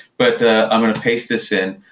but i'm going to paste this in.